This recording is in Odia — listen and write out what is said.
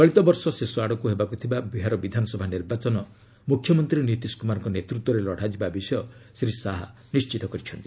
ଚଳିତ ବର୍ଷ ଶେଷ ଆଡ଼କୁ ହେବାକୁ ଥିବା ବିହାର ବିଧାନସଭା ନିର୍ବାଚନ ମୁଖ୍ୟମନ୍ତ୍ରୀ ନୀତିଶ କୁମାରଙ୍କ ନେତୃତ୍ୱରେ ଲଡ଼ାଯିବା ବିଷୟ ଶ୍ରୀ ଶାହା ନିଣ୍ଚିତ କରିଛନ୍ତି